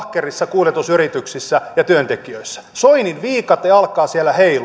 kuljetusyrityksissä ja työntekijöissä soinin viikate alkaa siellä heilua